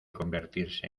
convertirse